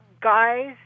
guys